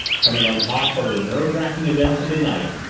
coming on top of the nerve-racking events of the night,